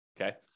okay